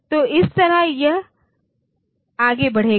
तो इस तरह यह आगे बढ़ेगा